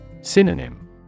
Synonym